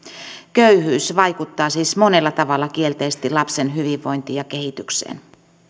köyhyys vaikuttaa siis monella tavalla kielteisesti lapsen hyvinvointiin ja kehitykseen